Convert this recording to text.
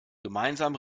gemeinsam